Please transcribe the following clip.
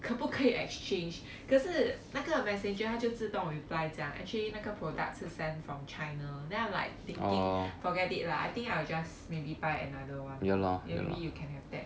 可不可以 exchange 可是那个 messenger 它就自动 reply 讲 actually 那个 product 是 sent from china then I'm like thinking forget it lah I think I will just maybe buy another one lor maybe you can have that